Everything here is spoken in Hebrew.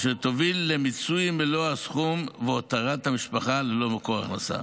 וזה יוביל למיצוי מלוא הסכום והותרת המשפחה ללא מקור הכנסה.